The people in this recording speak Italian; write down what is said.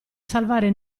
salvare